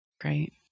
Great